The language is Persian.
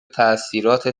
تاثیرات